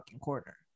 corner